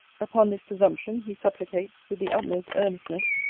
upon this presumption, he supplicates, with the utmost earnestness,